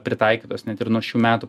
pritaikytos net ir nuo šių metų